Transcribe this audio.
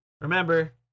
Remember